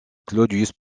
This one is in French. claudius